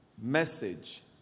message